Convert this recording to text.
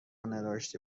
نداشتی